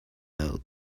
out